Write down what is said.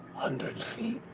hundred feet